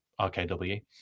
RKW